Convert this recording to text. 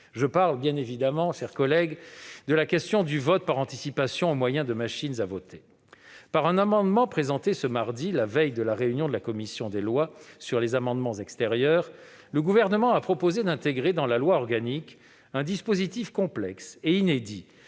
je parle bien évidemment, mes chers collègues, de la question du vote par anticipation au moyen de machines à voter. Par un amendement présenté ce mardi, à la veille de la réunion de la commission des lois sur les amendements extérieurs, le Gouvernement a proposé d'intégrer dans la loi organique un dispositif complexe et inédit